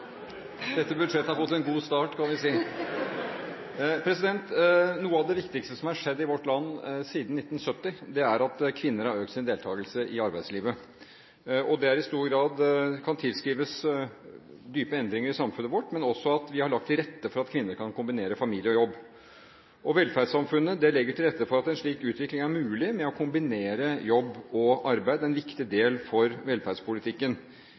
Dette budsjettet har fått en god start, kan vi si. Noe av det viktigste som har skjedd i vårt land siden 1970, er at kvinner har økt sin deltakelse i arbeidslivet. Det kan i stor grad tilskrives dype endringer i samfunnet vårt, men også at vi har lagt til rette for at kvinner kan kombinere familie og jobb. Velferdssamfunnet legger til rette for at en slik utvikling er mulig – det å kombinere jobb og familie. Det er en viktig del av velferdspolitikken.